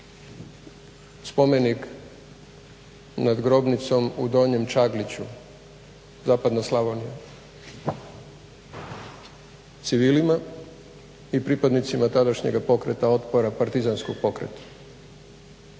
spomenik nad grobnicom u Donjem Čagliću, zapadna Slavonija civilima i pripadnicima tadašnjega pokreta otpora partizanskog pokreta.